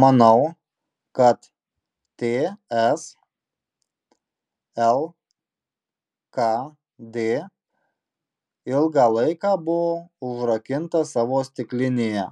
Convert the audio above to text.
manau kad ts lkd ilgą laiką buvo užrakinta savo stiklinėje